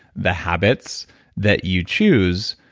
the habits that you chose